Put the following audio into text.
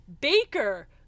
Baker